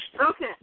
Okay